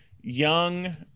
young